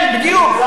כן, בדיוק.